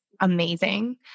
amazing